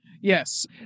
Yes